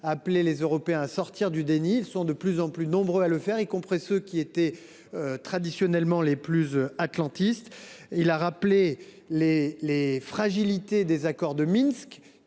appelez les Européens à sortir du déni. Ils sont de plus en plus nombreux à le faire, y compris ceux qui étaient traditionnellement les plus atlantistes. En outre, vous pointez les fragilités des accords de Minsk